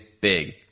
big